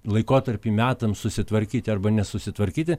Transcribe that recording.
laikotarpį metams susitvarkyti arba nesusitvarkyti